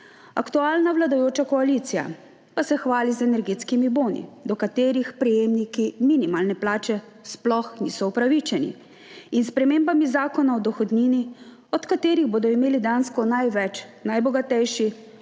Aktualna vladajoča koalicija pa se hvali z energetskimi boni, do katerih prejemniki minimalne plače sploh niso upravičeni, in s spremembami Zakona o dohodnini, od katerih bodo dejansko imeli največ najbogatejši,